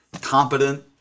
competent